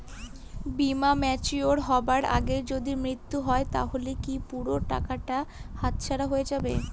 বীমা ম্যাচিওর হয়ার আগেই যদি মৃত্যু হয় তাহলে কি পুরো টাকাটা হাতছাড়া হয়ে যাবে?